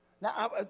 Now